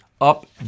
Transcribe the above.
up